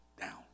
down